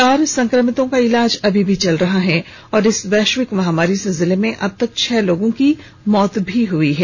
चार संक्रमितों का इलाज अभी चल रहा है और इस वैश्विक महामारी से जिले में अबतक छह लोगों की मौत हई है